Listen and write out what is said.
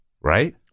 right